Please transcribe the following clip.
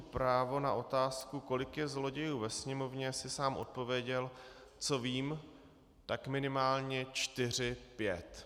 Právo na otázku, kolik je zlodějů ve Sněmovně, si sám odpověděl: Co vím, tak minimálně čtyři pět.